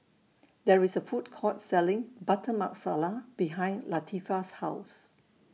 There IS A Food Court Selling Butter Masala behind Latifah's House